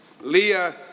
Leah